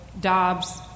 Dobbs